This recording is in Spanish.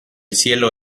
cielo